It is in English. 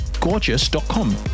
gorgeous.com